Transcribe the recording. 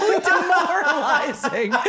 demoralizing